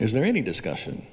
is there any discussion